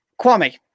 Kwame